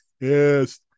yes